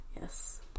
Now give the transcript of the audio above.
Yes